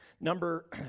Number